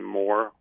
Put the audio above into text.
more